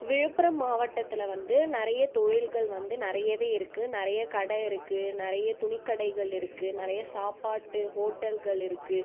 விழுப்புரம் மாவட்டத்தில் வந்து நிறைய தொழில்கள் வந்து நிறையவே இருக்குது நிறைய கடை இருக்குது நிறைய துணிக்கடைகள் இருக்குது நிறைய சாப்பாட்டு ஹோட்டல்கள் இருக்குது